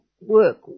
work